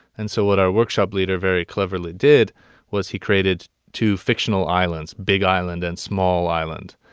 and so what our workshop leader very cleverly did was he created two fictional islands, big island and small island.